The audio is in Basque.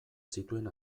zituen